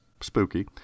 spooky